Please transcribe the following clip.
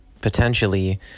potentially